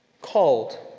called